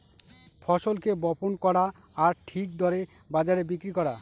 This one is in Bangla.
ফসলকে বপন করা আর ঠিক দরে বাজারে বিক্রি করা